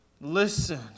Listen